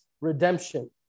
redemption